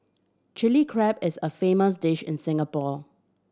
Chilli Crab is a famous dish in Singapore